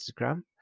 Instagram